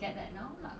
mm mm